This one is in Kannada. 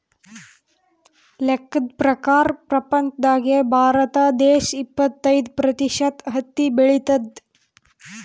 ಲೆಕ್ಕದ್ ಪ್ರಕಾರ್ ಪ್ರಪಂಚ್ದಾಗೆ ಭಾರತ ದೇಶ್ ಇಪ್ಪತ್ತೈದ್ ಪ್ರತಿಷತ್ ಹತ್ತಿ ಬೆಳಿತದ್